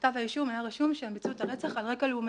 בכתב האישום היה רשום שהם ביצעו את הרצח על רקע לאומני,